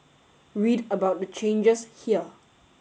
read about the changes here